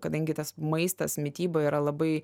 kadangi tas maistas mityba yra labai